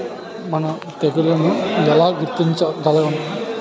మనం తెగుళ్లను ఎలా గుర్తించగలం?